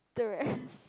the rest